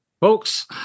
Folks